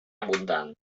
abundant